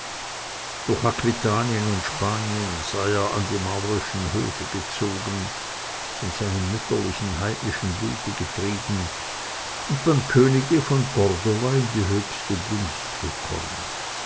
durch aquitanien und spanien sei er an die maurischen höfe gezogen von seinem mütterlichen heidnischen blute getrieben und beim könige von cordova in die höchste gunst gekommen